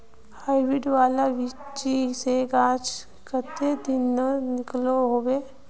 Hybrid वाला बिच्ची से गाछ कते दिनोत निकलो होबे?